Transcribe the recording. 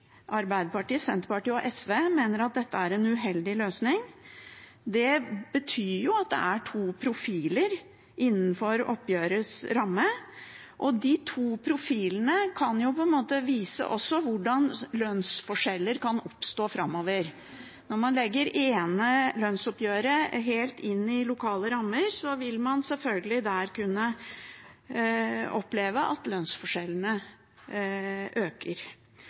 Arbeiderpartiet, Senterpartiet og SV mener at dette er en uheldig løsning. Det betyr at det er to profiler innenfor oppgjørets ramme, og de to profilene kan også vise hvordan lønnsforskjeller kan oppstå framover. Når man legger det ene lønnsoppgjøret helt inn i lokale rammer, vil man selvfølgelig der kunne oppleve at lønnsforskjellene øker.